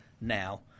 now